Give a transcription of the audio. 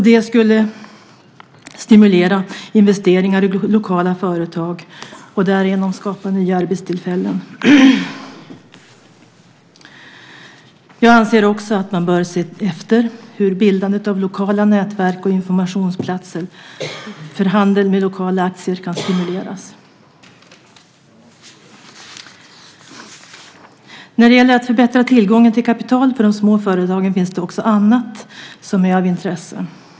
Det skulle stimulera investeringar i lokala företag och därigenom skapa nya arbetstillfällen. Jag anser också att man bör se efter hur bildandet av lokala nätverk och informationsplatser för handeln med lokala aktier kan stimuleras. När det gäller att förbättra tillgången till kapital för de små företagen finns det också annat som är av intresse.